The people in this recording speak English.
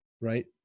right